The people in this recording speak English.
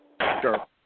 Sure